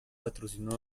patrocinó